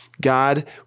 God